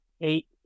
eight